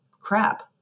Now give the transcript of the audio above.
crap